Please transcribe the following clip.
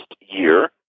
year